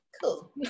cool